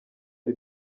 ari